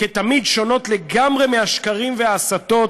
כתמיד שונות לגמרי מהשקרים וההסתות.